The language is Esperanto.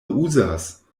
uzas